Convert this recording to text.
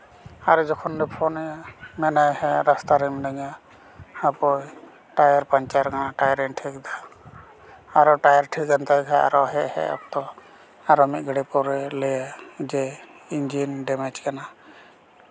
ᱟᱨ ᱡᱚᱠᱷᱚᱱ ᱞᱮ ᱯᱷᱳᱱᱟᱭᱟ ᱢᱮᱱᱟᱭ ᱦᱮᱸ ᱨᱟᱥᱛᱟ ᱨᱮ ᱢᱤᱱᱟᱧᱟ ᱦᱟᱯᱳᱭ ᱴᱟᱭᱟᱨ ᱯᱟᱢᱪᱟᱨ ᱠᱟᱱᱟ ᱴᱟᱭᱟᱨ ᱤᱧ ᱴᱷᱤᱠᱫᱟ ᱟᱨᱚ ᱴᱟᱭᱟᱨ ᱴᱷᱤᱠ ᱮᱱ ᱛᱟᱭ ᱠᱷᱟᱡ ᱟᱨᱚ ᱦᱮᱡ ᱦᱮᱡ ᱚᱠᱛᱚ ᱟᱨᱚ ᱢᱤᱫ ᱜᱷᱟᱹᱲᱤᱡ ᱯᱚᱨᱮ ᱞᱟᱹᱭᱟᱭ ᱡᱮ ᱤᱧᱡᱤᱱ ᱰᱮᱢᱮᱡᱽ ᱠᱟᱱᱟ